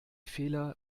fehler